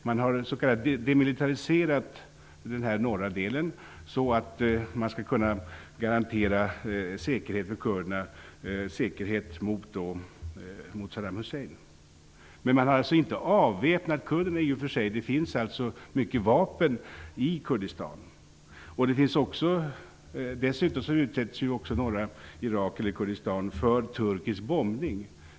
Man har ''demilitariserat'' den norra delen så att man skall kunna garantera säkerhet för kurderna, säkerhet mot Saddam Hussein. Men man har i och för sig inte avväpnat kurderna. Det finns alltså mycket vapen i Kurdistan. Dessutom utsätts också norra Irak, eller Kurdistan, för turkisk bombning.